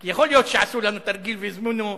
כי יכול להיות שעשו לנו תרגיל והזמינו אותו.